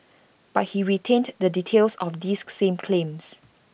but he retained the details of these same claims